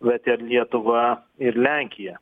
bet ir lietuva ir lenkija